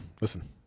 Listen